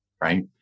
Right